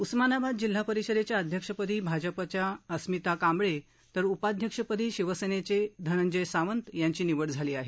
उस्मानाबाद जिल्हा परिषदेच्या अध्यक्षपदी भाजपच्या अस्मिता कांबळे तर उपाध्यक्षपदी शिवसेनेचे धनंजय सावंत यांची निवड झाली आहे